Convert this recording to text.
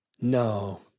No